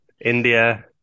India